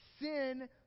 sin